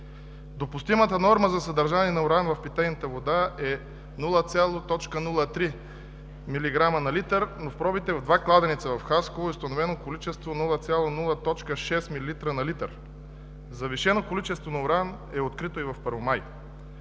Допустимата норма за съдържание на уран в питейната вода е 0,03 милиграма на литър, но от пробите в два кладенеца в Хасково е установено количество 0,06 милиграма на литър. Завишено количество на уран е открито и в Първомай.